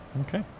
okay